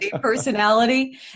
personality